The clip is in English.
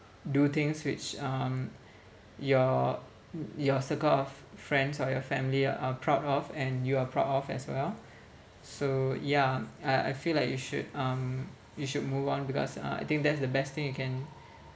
do things which um your your circle of friends or your family are proud of and you are proud of as well so ya I I feel like you should um you should move on because uh I think that's the best thing you can